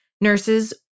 Nurses